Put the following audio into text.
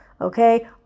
Okay